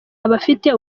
abafite